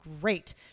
great